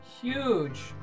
Huge